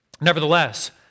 Nevertheless